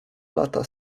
lata